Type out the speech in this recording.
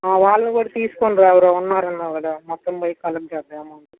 వాళ్ళని కూడా తీసుకొని రా ఎవరో ఉన్నారు అన్నావు కదా మొత్తం పోయి కలెక్ట్ చేద్దాము